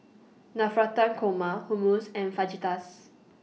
Navratan Korma Hummus and Fajitas